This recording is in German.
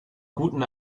guten